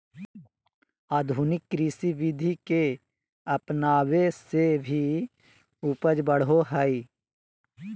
आधुनिक कृषि विधि के अपनाबे से भी उपज बढ़ो हइ